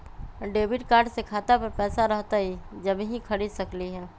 Debit card से खाता पर पैसा रहतई जब ही खरीद सकली ह?